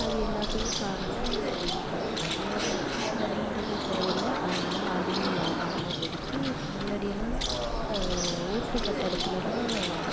அது எல்லாத்துக்கும் காரணம் நம்ம நடைமுறைகள் சரி இல்லை அதனால அதுவும் வியாபாரமாக போயிடுச்சு முன்னாடி எல்லாம் ஓட்டு கட்டிடத்துல தான்